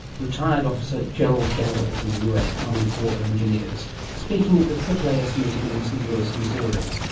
retired officer gerald galloway from the us army corps of engineers speaking at the aaas meeting in st louis, missouri.